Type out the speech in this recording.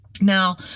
Now